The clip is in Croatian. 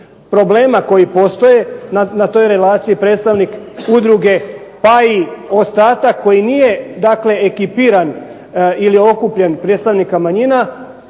problema koji postoje na toj relaciji predstavnik udruge pa i ostatak koji nije, dakle okupiran ili okupljen predstavnika manjina,